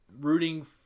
rooting